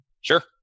Sure